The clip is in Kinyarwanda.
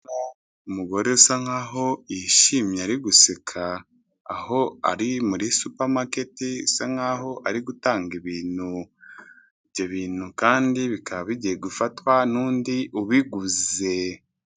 Umugore usa nk'aho yishimye ari guseka, aho ari muri supermarket isa nk'aho ari gutanga ibintu. Ibyo bintu kandi, bikaba bigiye gufatwa n'undi ubiguze.